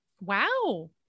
Wow